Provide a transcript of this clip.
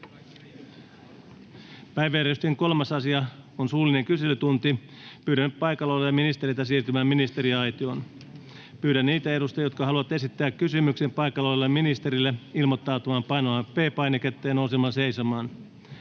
Päiväjärjestyksen 3. asia on suullinen kyselytunti. Pyydän nyt paikalla olevia ministereitä siirtymään ministeriaitioon. Pyydän niitä edustajia, jotka haluavat esittää kysymyksen paikalla olevalle ministerille, ilmoittautumaan painamalla P-painiketta ja nousemalla seisomaan.